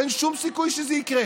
אין שום סיכוי שזה יקרה.